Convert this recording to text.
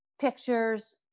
pictures